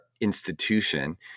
institution